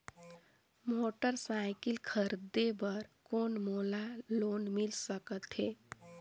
Motorcycle खरीदे बर कौन मोला लोन मिल सकथे?